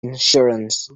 insurance